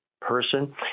person